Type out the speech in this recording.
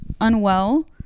unwell